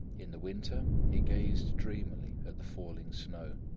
in the winter, he gazed dreamily at the falling snow,